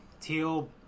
teal